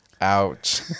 Ouch